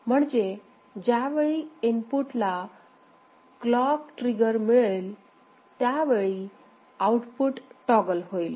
म्हणजे ज्यावेळी इनपुटला क्लॉक ट्रिगर मिळेल त्यावेळी आउटपुट टॉगल होईल